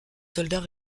soldats